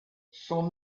son